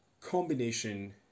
combination